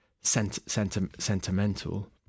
sentimental